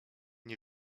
nie